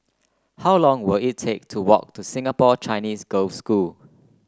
how long will it take to walk to Singapore Chinese Girls' School